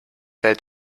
fällt